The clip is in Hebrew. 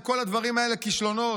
עם כל הדברים האלה, כישלונות,